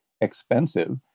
expensive